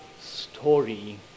story